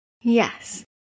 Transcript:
Yes